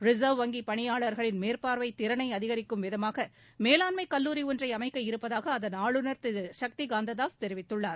reserve வங்கிப் பணியாளர்களின் மேற்பார்வைத் திறனை அதிகரிக்கும் விதமாக மேலாண்மைக் கல்லூரி ஒன்றை அமைக்க இருப்பதாக அதன் ஆளுநர் திரு சக்திகாந்த தாஸ் தெரிவித்துள்ளார்